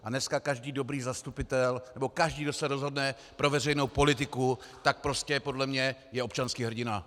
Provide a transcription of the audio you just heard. A dneska každý dobrý zastupitel nebo každý, kdo se rozhodne pro veřejnou politiku, tak prostě podle mě je občanský hrdina.